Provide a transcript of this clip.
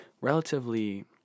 relatively